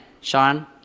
Sean